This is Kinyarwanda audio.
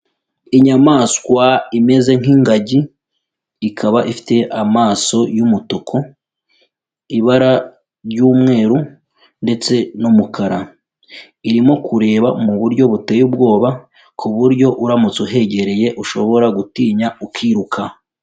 Inyamaswa imeze nk'ingagi, ikaba ifite amaso y'umutuku, ibara ry'umweru ndetse n'umukara. Irimo kureba mu buryo buteye ubwoba ku buryo uramutse uhegereye ushobora gutinya ukiruka.